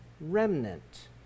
remnant